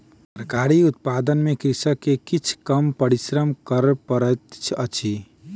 तरकारी उत्पादन में कृषक के किछ कम परिश्रम कर पड़ैत अछि